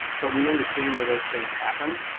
but we understand where those things happen,